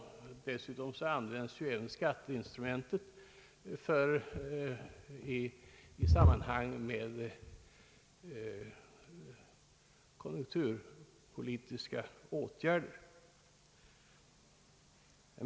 Dessutom används även skatteinstrumentet i samband med konjunkturpolitiska åtgärder.